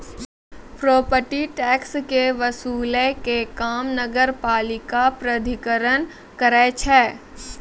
property tax के वसूलै के काम नगरपालिका प्राधिकरण करै छै